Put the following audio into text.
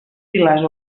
pilars